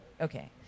okay